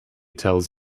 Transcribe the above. tells